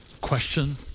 question